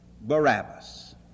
barabbas